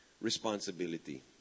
responsibility